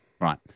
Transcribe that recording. Right